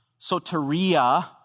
soteria